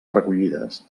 recollides